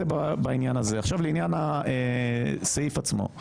לעניין הסעיף עצמו,